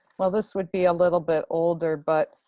well, this would be a little bit older, but,